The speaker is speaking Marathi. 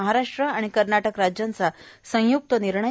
महाराष्ट्र आणि कर्नाटक राज्यांचा संयुक्त निर्णय